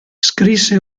scrisse